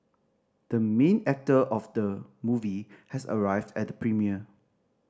the main actor of the movie has arrived at the premiere